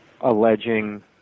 alleging